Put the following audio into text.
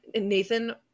Nathan